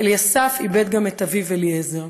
אליסף איבד גם את אביו, אליעזר,